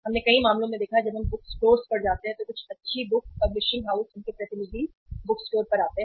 हमने कई मामलों में देखा है जब हम बुकस्टोर्स पर जाते हैं तो कुछ अच्छी बुक पब्लिशिंग हाउस उनके प्रतिनिधि बुकस्टोर पर आते हैं